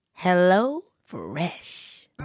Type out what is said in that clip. HelloFresh